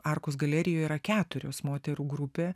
arkos galerijoj yra keturios moterų grupė